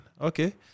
Okay